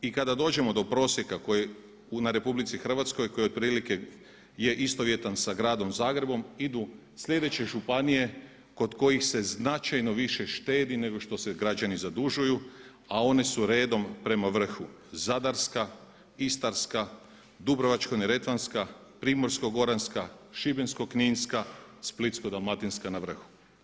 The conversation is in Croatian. I kada dođemo do prosjeka na RH koji je otprilike istovjetan sa Gradom Zagrebom idu sljedeće županije kod kojih se značajno više štedi nego što se građani zadužuju, a one su redom prema vrhu: Zadarska, Istarska, Dubrovačko-neretvanska, Primorsko-goranska, Šibensko-kninska, Splitsko-dalmatinska na vrhu.